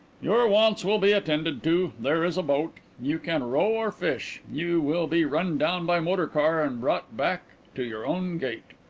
your wants will be attended to. there is a boat. you can row or fish. you will be run down by motor car and brought back to your own gate.